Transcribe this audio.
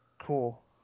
Cool